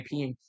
IP